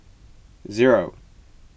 zero